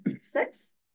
six